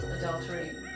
adultery